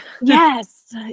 yes